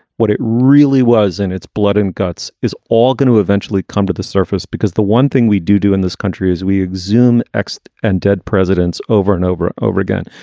what it really was in its blood and guts is all going to eventually come to the surface, because the one thing we do do in this country is we exuma and dead presidents over and over, over again.